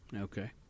Okay